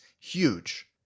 huge